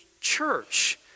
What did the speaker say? church